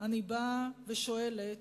אני באה ושואלת,